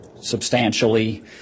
substantially